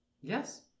Yes